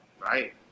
Right